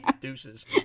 Deuces